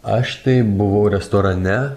aš tai buvau restorane